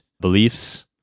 beliefs